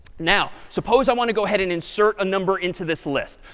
now, suppose i want to go ahead and insert a number into this list.